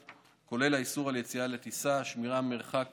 המגורים, התקהלות, חובת שמירת מרחק